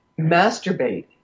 masturbate